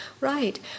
Right